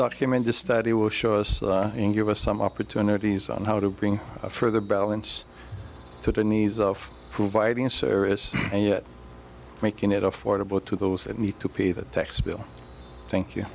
document to study will show us and give us some opportunities on how to bring further balance to the needs of providing a service and yet making it affordable to those that need to pay that tax bill thank you